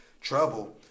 trouble